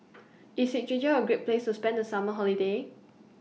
IS Czechia A Great Place to spend The Summer Holiday